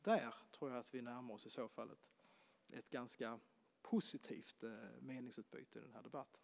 Jag tror att vi i så fall närmar oss ett ganska positivt meningsutbyte i den här debatten.